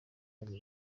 gukora